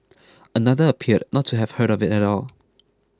another appeared not to have heard of it at all